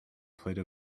plate